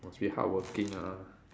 must be hardworking ah